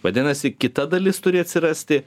vadinasi kita dalis turi atsirasti